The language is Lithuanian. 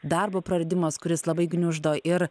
darbo praradimas kuris labai gniuždo ir